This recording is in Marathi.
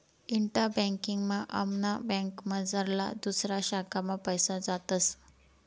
इंटा बँकिंग मा आमना बँकमझारला दुसऱा शाखा मा पैसा जातस